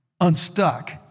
unstuck